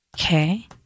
Okay